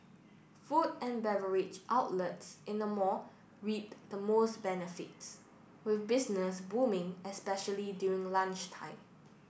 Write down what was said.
food and beverage outlets in the mall reap the most benefits will business booming especially during lunchtime